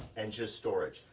and just storage.